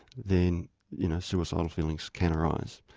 then you know suicidal feelings can arise.